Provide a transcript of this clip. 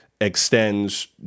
extends